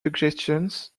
suggestions